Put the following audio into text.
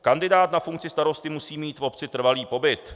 Kandidát na funkci starosty musí mít v obci trvalý pobyt.